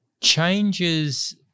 Changes